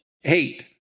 hate